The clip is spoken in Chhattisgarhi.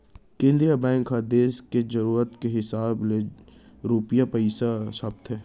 केंद्रीय बेंक ह देस के जरूरत के हिसाब ले रूपिया पइसा छापथे